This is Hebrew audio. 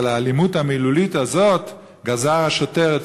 על האלימות המילולית הזאת גזר השוטר את